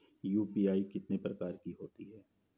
UPI कितने प्रकार की होती हैं?